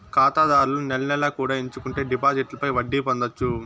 ఖాతాదారులు నెల నెలా కూడా ఎంచుకుంటే డిపాజిట్లపై వడ్డీ పొందొచ్చు